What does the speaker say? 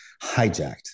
hijacked